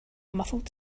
muffled